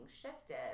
shifted